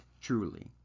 truly